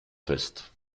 fest